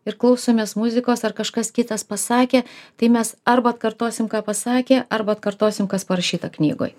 ir klausomės muzikos ar kažkas kitas pasakė tai mes arba atkartosim ką pasakė arba atkartosim kas parašyta knygoj